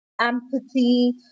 empathy